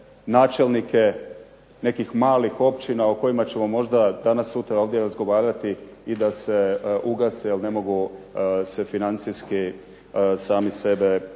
načelnike nekih malih općina o kojima ćemo možda danas sutra ovdje razgovarati i da se ugase jer ne mogu se financijski sami sebe financirati,